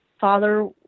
father